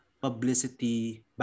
publicity